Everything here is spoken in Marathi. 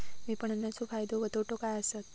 विपणाचो फायदो व तोटो काय आसत?